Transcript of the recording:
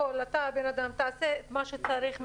אתה הבן אדם תעשה את מה שצריך ממך,